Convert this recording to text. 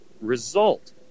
result